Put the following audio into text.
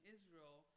Israel